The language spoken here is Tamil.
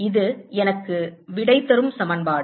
இது எனக்கு விடை தரும் சமன்பாடு